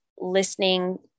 listening